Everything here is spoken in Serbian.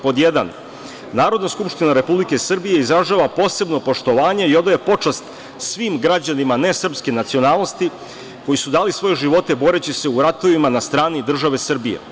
Pod jedan, Narodna skupština Republike Srbije izražava posebno poštovanje i odaje počast svim građanima nesrpske nacionalnosti koji su dali svoje živote boreći se u ratovima na strani države Srbije.